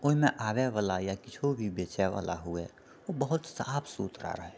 ओहिमे मे आबए बला या किछु भी बेचए बला हुए ओ बहुत साफ सुथरा रहए